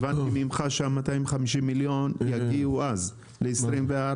הבנתי ממך שה-250 מיליון יגיעו אז ל-2024?